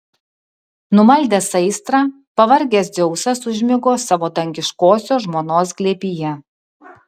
numaldęs aistrą pavargęs dzeusas užmigo savo dangiškosios žmonos glėbyje